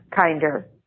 kinder